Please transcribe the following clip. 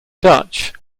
dutch